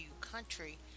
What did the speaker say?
country